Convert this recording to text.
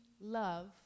love